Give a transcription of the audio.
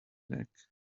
neck